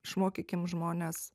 išmokykim žmones